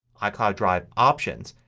icloud drive options,